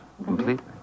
Completely